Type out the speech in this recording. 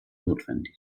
notwendig